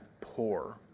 poor